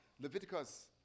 Leviticus